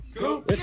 Go